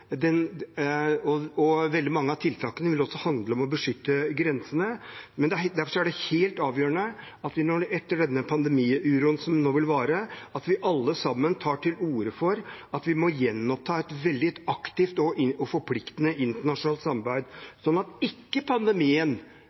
og veldig mange av tiltakene vil også handle om å beskytte grensene. Derfor er det helt avgjørende at vi etter denne pandemiuroen som nå vil være, alle sammen tar til orde for at vi må gjenoppta et veldig aktivt og forpliktende internasjonalt samarbeid, slik at ikke pandemien